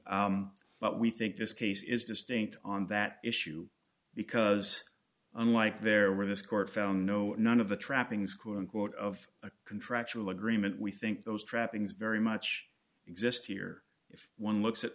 but we think this case is distinct on that issue because unlike there where this court found no none of the trappings quote unquote of a contractual agreement we think those trappings very much exist here if one looks at